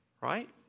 right